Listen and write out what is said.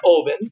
oven